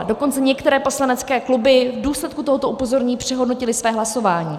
Dokonce některé poslanecké kluby v důsledku tohoto upozornění přehodnotily své hlasování.